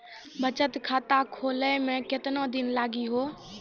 बचत खाता खोले मे केतना दिन लागि हो?